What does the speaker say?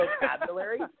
vocabulary